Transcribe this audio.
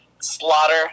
slaughter